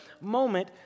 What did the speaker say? moment